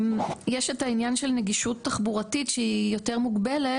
יש את העניין של נגישות תחבורתית שהיא יותר מוגבלת